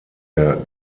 der